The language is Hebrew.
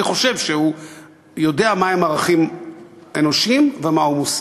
אני חושב שהוא יודע מה הם ערכים אנושיים ומה הוא מוסר.